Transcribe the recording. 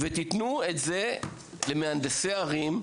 תנו את זה למהנדסי הערים,